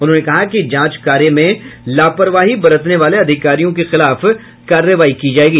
उन्होंने कहा कि जांच कार्य में लापरवाही बरतने वाले अधिकारियों के खिलाफ कार्रवाई की जायेगी